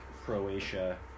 Croatia